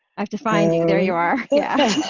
i have to find you. there you are. yeah